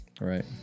right